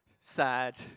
sad